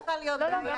לא צריכה להיות בעיה.